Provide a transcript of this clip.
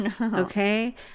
okay